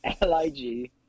L-I-G